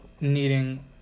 needing